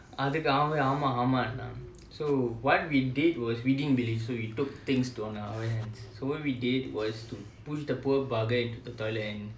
அதுக்குஅவன்ஆமாஆமாநான்:adhuku avan ama ama nan so what we did was so we took things into our own hands so what we did was push the poor bugger into the toilet